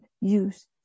use